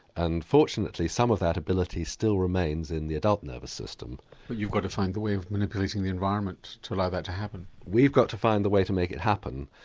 and fortunately some of that ability still remains in the adult nervous system. but you've got to find the way of manipulating the environment to allow that to happen? we've got to find the way to make it happen.